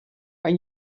are